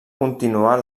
continuar